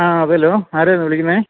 ആ അതേല്ലോ ആരായിരുന്നു വിളിക്കുന്നത്